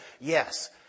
yes